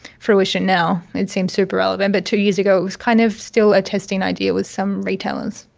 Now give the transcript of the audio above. fruition now. it seems super relevant, but two years ago it was kind of still a testing idea with some retailers.